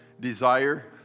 desire